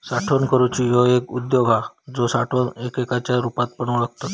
साठवण करूची ह्यो एक उद्योग हा जो साठवण एककाच्या रुपात पण ओळखतत